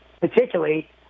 particularly